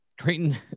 Creighton